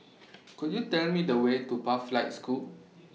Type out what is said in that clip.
Could YOU Tell Me The Way to Pathlight School